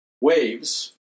waves